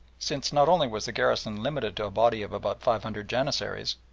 since not only was the garrison limited to a body of about five hundred janissaries,